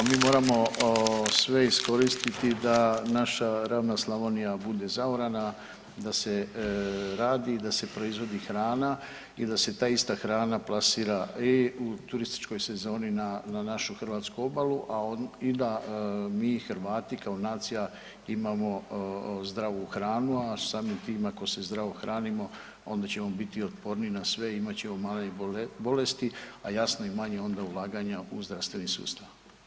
Mi moramo sve iskoristiti da naša ravna Slavonija bude zaorana, da se radi i da se proizvodi hrana i da se ta ista hrana plasira i u turističkoj sezoni na našu hrvatsku obalu i da mi Hrvati kao nacija imamo zdravu hranu, a samim tim ako se zdravo hranimo onda ćemo biti otporniji na sve imat ćemo manje bolesti, a jasno i manje onda ulaganja u zdravstveni sustav.